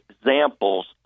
examples